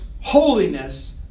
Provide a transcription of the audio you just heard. Holiness